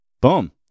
Boom